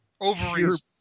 ovaries